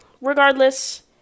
regardless